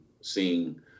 seeing